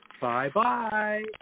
Bye-bye